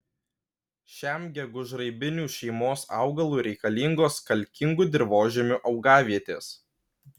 šiam gegužraibinių šeimos augalui reikalingos kalkingų dirvožemių augavietės